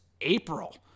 April